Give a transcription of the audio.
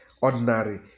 ordinary